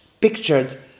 pictured